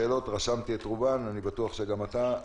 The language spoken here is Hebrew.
רשמתי את רוב השאלות, אני בטוח שגם אתה.